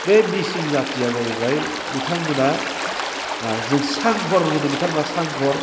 बे मिसिं जाथिया जाहैबाय बिथांमोना जों सानघर होनो बिथांमोना सानघर